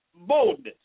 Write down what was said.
boldness